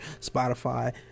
Spotify